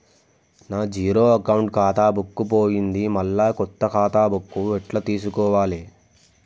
నా zero account ఖాతా book పోయింది మళ్ళా కొత్త ఖాతా బుక్కు ఎట్ల తీసుకోవాలే?